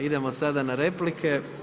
Idemo sada na replike.